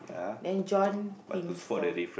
then John Pin stall